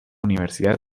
universidad